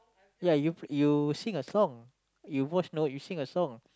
yeah you you sing a song your voice no you sing a song